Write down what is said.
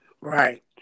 Right